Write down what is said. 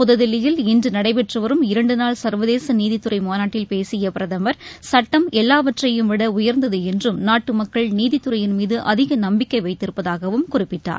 புதுதில்லியில் இன்று நடைபெற்று வரும் இரண்டுநாள் சர்வதேச நீதித்துறை மாநாட்டில் பேசிய பிரதமர் சுட்டம் எல்லாவற்றையும் விட உயர்ந்தது என்றும் நாட்டு மக்கள் நீதித்துறையின் மீது அதிக நம்பிக்கை எவத்திருப்பதாகவும் குறிப்பிட்டார்